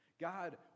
God